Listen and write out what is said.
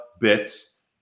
bits